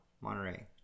Monterey